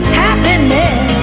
happiness